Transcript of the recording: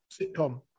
sitcom